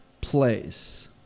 place